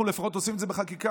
אנחנו לפחות עושים את זה בחקיקה.